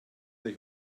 ich